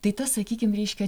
tai tas sakykim reiškia